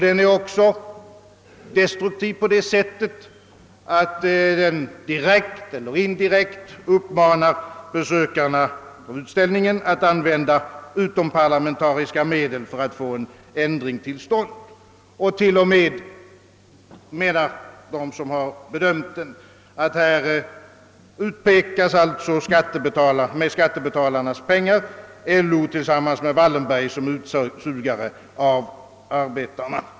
Den är också destruktiv på det sättet att den direkt eller indirekt uppmanar utställningsbesökarna att använda utomparlamentariska medel för att få en ändring till stånd. Och de som bedömt utställningen menar t.o.m., att här utpekas med skattebetalarnas pengar LO tillsammans med Wallenberg som utsugare av arbetarna.